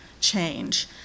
change